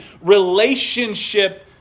relationship